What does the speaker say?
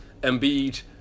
Embiid